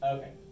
Okay